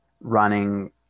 running